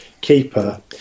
keeper